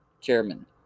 Chairman